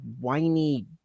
whiny